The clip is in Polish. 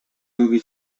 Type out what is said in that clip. lubi